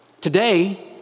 today